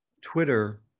Twitter